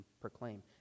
proclaim